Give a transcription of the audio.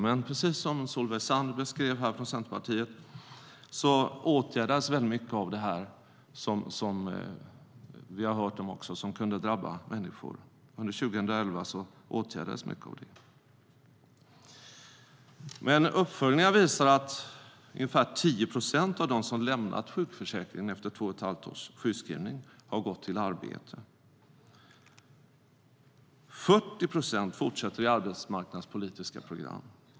Men som Centerpartiets Solveig Zander beskrev åtgärdades 2011 mycket av det som kunde drabba människor. Uppföljningar visar att ungefär 10 procent av dem som lämnat sjukförsäkringen efter 2 1⁄2 års sjukskrivning har gått till arbete.